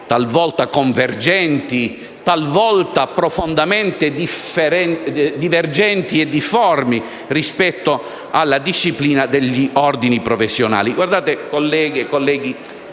talvolta convergenti e talvolta profondamente divergenti e difformi rispetto alla disciplina degli ordini professionali.